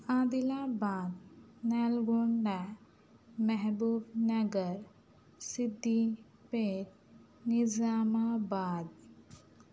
عادل آباد Nalgonda Mahabubnagar Siddipet نظام آباد